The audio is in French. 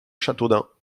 châteaudun